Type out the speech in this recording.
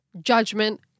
Judgment